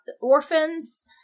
orphans